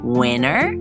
winner